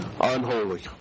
Unholy